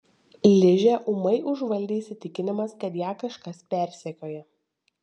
ližę ūmai užvaldė įsitikinimas kad ją kažkas persekioja